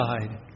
side